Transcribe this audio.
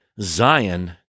Zion